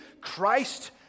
Christ